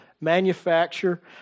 manufacture